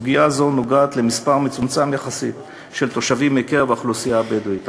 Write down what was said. סוגיה זו נוגעת במספר מצומצם יחסית של תושבים מקרב האוכלוסייה הבדואית.